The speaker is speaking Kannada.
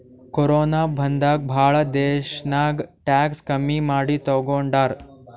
ಕೊರೋನ ಬಂದಾಗ್ ಭಾಳ ದೇಶ್ನಾಗ್ ಟ್ಯಾಕ್ಸ್ ಕಮ್ಮಿ ಮಾಡಿ ತಗೊಂಡಾರ್